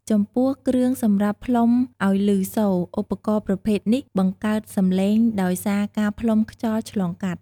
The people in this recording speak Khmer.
ចំពោះគ្រឿងសម្រាប់ផ្លុំឲ្យព្ញសូរ ឧបករណ៍ប្រភេទនេះបង្កើតសំឡេងដោយសារការផ្លុំខ្យល់ឆ្លងកាត់។